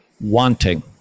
wanting